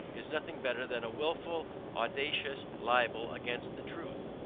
is nothing better than a wilful audacious libel against the truth,